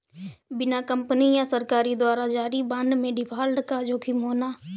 किसी कंपनी या सरकार द्वारा जारी बांड पर डिफ़ॉल्ट का जोखिम होना